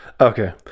Okay